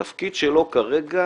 התפקיד שלו כרגע